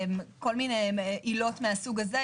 כל מיני עילות מהסוג הזה.